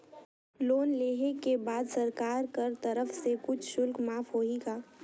Loan लेहे के बाद सरकार कर तरफ से कुछ शुल्क माफ होही का?